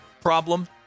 problem